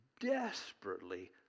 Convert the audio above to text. desperately